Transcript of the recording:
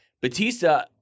Batista